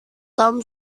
tom